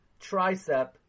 tricep